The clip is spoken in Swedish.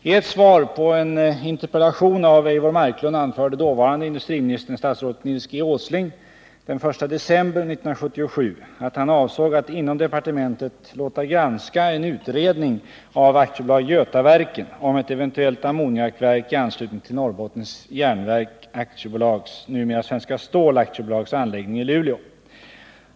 I ett svar på en interpellation av Eivor Marklund anförde dåvarande industriministern, statsrådet Nils G. Åsling, den 1 december 1977 att han avsåg att inom departementet låta granska en utredning av AB Götaverken om ett eventuellt ammoniakverk i anslutning till Norrbottens Järnverk AB:s, numera Svenskt Stål AB:s, anläggning i Luleå.